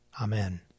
Amen